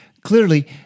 Clearly